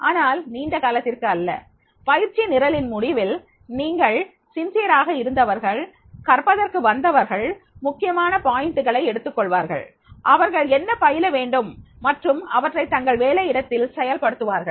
ஆனால் நீண்ட காலத்திற்கு அல்ல பயிற்சி நிரலின் முடிவில் நீங்கள் நேர்மையானவர்களாக இருந்தவர்கள் கற்பதற்கு வந்தவர்கள் முக்கியமான விஷயங்களை எடுத்துக்கொள்வார்கள் அவர்கள் என்ன பயில வேண்டும் மற்றும் அவற்றை தங்கள் வேலை இடத்தில் செயல்படுத்துவார்கள்